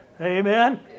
Amen